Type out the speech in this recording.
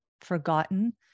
forgotten